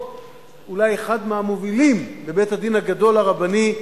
אולי אחד מהמובילים בבית-הדין הגדול הרבני,